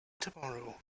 tomorrow